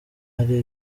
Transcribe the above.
hari